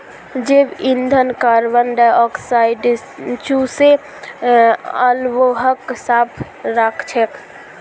जैव ईंधन कार्बन डाई ऑक्साइडक चूसे आबोहवाक साफ राखछेक